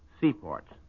seaports